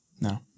No